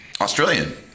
Australian